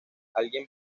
alguien